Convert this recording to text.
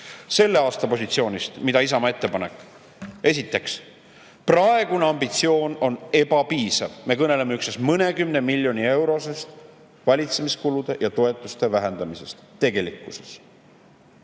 Selle aasta positsioonist. Mida Isamaa ette paneb? Praegune ambitsioon on ebapiisav. Me kõneleme üksnes mõnekümne miljoni eurosest valitsemiskulude ja toetuste vähendamisest. Esiteks